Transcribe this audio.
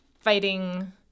fighting